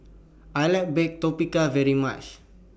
I like Baked Tapioca very much